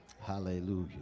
Hallelujah